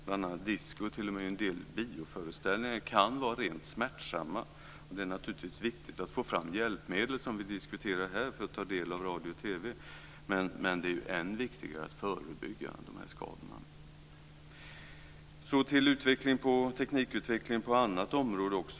Bl.a. disco och t.o.m. en del bioföreställningar kan vara rent smärtsamma. Och det är naturligtvis viktigt att få fram hjälpmedel som vi diskuterar här för att dessa människor ska kunna ta del av radio och TV. Men det är ju än viktigare att förebygga dessa skador. Jag ska även ta upp teknikutvecklingen på ett annat område.